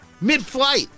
mid-flight